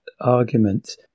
argument